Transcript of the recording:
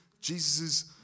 Jesus